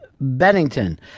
Bennington